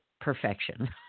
perfection